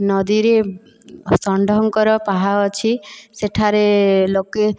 ନଦୀରେ ଷଣ୍ଢଙ୍କର ପାହା ଅଛି ସେଠାରେ ଲୋକେ